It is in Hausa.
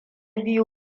biyu